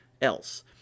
else